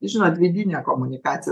žinot vidinė komunikacija